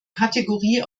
kategorie